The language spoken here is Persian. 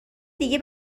دیگه